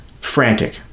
frantic